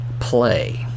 play